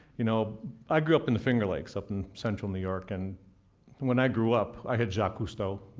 you know i grew up in the finger lakes, up in central new york, and when i grew up i had jacques cousteau,